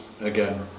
again